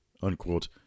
unquote